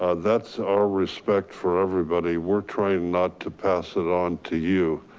ah that's our respect for everybody. we're trying not to pass it on to you.